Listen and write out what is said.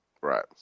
Right